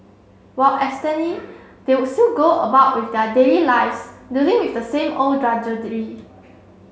while abstaining they would still go about with their daily lives dealing with the same old drudgery